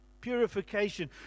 Purification